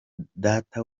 data